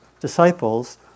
disciples